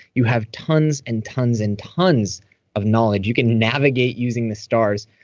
you have tons and tons and tons of knowledge. you can navigate using the stars.